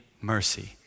mercy